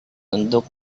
untuk